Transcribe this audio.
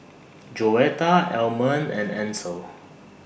Joetta Almond and Ansel